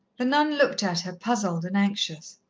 the nun looked at her, puzzled and anxious.